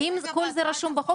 האם כל זה רשום בחוק?